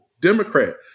Democrat